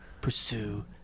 pursue